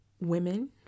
women